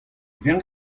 vern